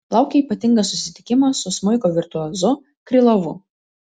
laukia ypatingas susitikimas su smuiko virtuozu krylovu